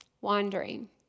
Wandering